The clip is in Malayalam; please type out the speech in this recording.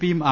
പിയും ആർ